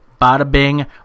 Bada-bing